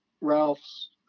ralph's